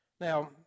Now